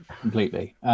completely